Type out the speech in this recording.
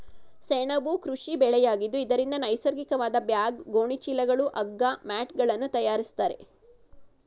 ಸೆಣಬು ಕೃಷಿ ಬೆಳೆಯಾಗಿದ್ದು ಇದರಿಂದ ನೈಸರ್ಗಿಕವಾದ ಬ್ಯಾಗ್, ಗೋಣಿ ಚೀಲಗಳು, ಹಗ್ಗ, ಮ್ಯಾಟ್ಗಳನ್ನು ತರಯಾರಿಸ್ತರೆ